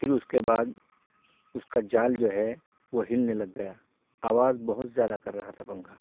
پھر اس کے بعد اس کا جال جو ہے وہ ہلنے لگ گیا آواز بہت زیادہ کر رہا تھا پنکھا